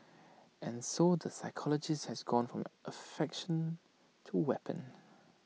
and so the psychologist has gone from affectation to weapon